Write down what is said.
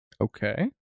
Okay